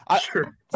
Sure